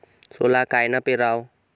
सोला कायनं पेराव?